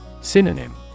Synonym